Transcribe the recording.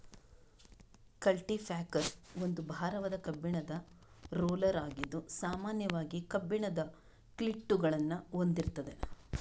culti packer ಒಂದು ಭಾರವಾದ ಕಬ್ಬಿಣದ ರೋಲರ್ ಆಗಿದ್ದು ಸಾಮಾನ್ಯವಾಗಿ ಕಬ್ಬಿಣದ ಕ್ಲೀಟುಗಳನ್ನ ಹೊಂದಿರ್ತದೆ